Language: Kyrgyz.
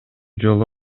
жолу